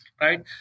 right